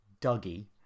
Dougie